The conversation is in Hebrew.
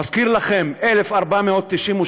מזכיר לכם, 1492,